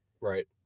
right